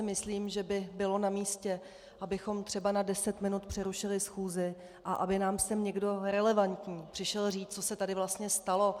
Myslím si, že by bylo namístě, abychom třeba na deset minut přerušili schůzi a aby nám sem někdo relevantní přišel říci, co se tady vlastně stalo.